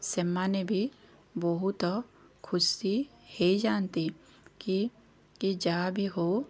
ସେମାନେ ବି ବହୁତ ଖୁସି ହେଇ ଯାଆନ୍ତି କି କି ଯାହାବି ହଉ